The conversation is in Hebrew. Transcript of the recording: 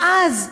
ואז,